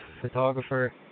photographer